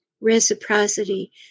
reciprocity